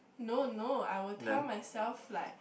no no I will tell myself like